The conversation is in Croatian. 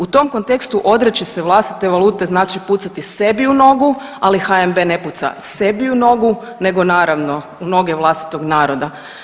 U tom kontekstu odreći se vlastite valute znači pucati sebi u nogu, ali HNB ne puca sebi u nogu nego naravno u noge vlastitog naroda.